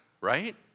right